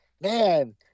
man